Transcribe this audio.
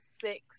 six